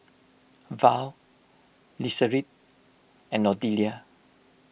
Val and Odelia